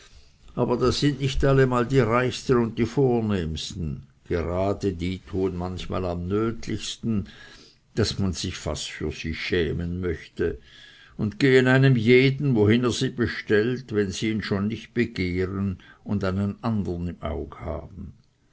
aber das sind nicht allemal die reichsten und die vornehmsten gerade die tun manchmal am nötlichsten daß man sich fast für sie schämen möchte und gehen einem jeden wohin er sie bestellt wenn sie ihn schon nicht begehren und einen andern im aug haben